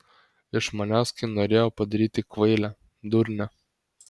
iš manęs kai norėjo padaryti kvailę durnę